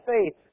faith